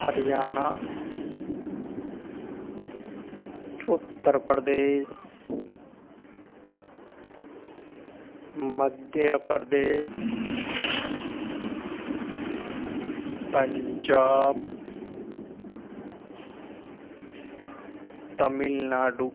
Haryana Uttar Pradesh Madhya Pradesh Punjab Tamil Nadu